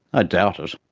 ah doubt it,